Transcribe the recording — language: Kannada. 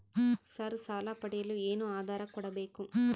ಸರ್ ಸಾಲ ಪಡೆಯಲು ಏನು ಆಧಾರ ಕೋಡಬೇಕು?